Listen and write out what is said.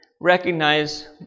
recognize